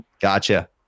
Gotcha